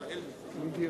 בבקשה.